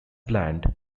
planned